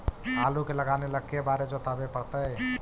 आलू के लगाने ल के बारे जोताबे पड़तै?